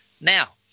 Now